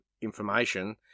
information